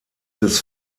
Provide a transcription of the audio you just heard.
des